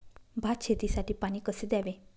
भात शेतीसाठी पाणी कसे द्यावे?